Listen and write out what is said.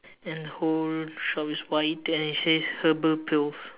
and whole shop is white and it says herbal pills